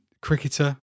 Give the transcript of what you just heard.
cricketer